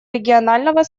регионального